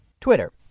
Twitter